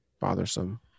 Bothersome